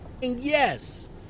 yes